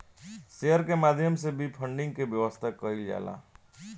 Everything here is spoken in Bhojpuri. शेयर के माध्यम से भी फंडिंग के व्यवस्था कईल जाला